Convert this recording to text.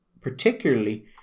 Particularly